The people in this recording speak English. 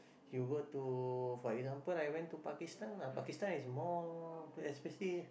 you go to for example I went to Pakistan ah Pakistan is more especially